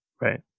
Right